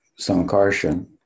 Sankarshan